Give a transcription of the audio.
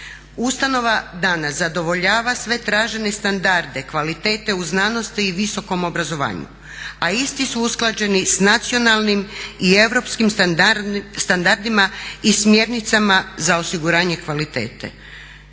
Ustanova danas zadovoljava sve tražene standarde kvalitete u znanosti i visokom obrazovanju, a isti su usklađeni sa nacionalnim i europskim standardima i smjernicama za osiguranje kvalitete.